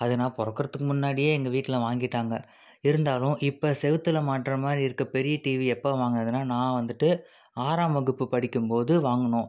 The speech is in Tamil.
அது நான் பிறக்குறத்துக்கு முன்னாடியே எங்கள் வீட்டில் வாங்கிவிட்டாங்க இருந்தாலும் இப்போ சுவுத்துல மாட்டுற மாதிரி இருக்க பெரிய டிவி எப்போ வாங்கினதுனா நான் வந்துட்டு ஆறாம் வகுப்பு படிக்கும்போது வாங்கினோம்